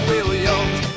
Williams